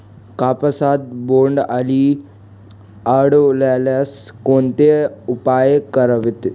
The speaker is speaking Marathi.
कापसात बोंडअळी आढळल्यास कोणते उपाय करावेत?